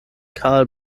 karl